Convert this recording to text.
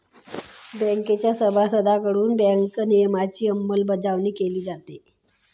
बँकेच्या सभासदांकडून बँक नियमनाची अंमलबजावणी केली जाते